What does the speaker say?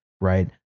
right